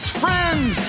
friends